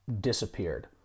disappeared